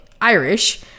Irish